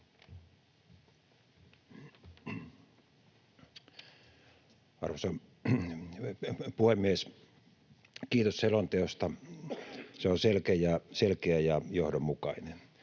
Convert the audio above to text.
Arvoisa puhemies! Kiitos selonteosta. Se on selkeä ja johdonmukainen.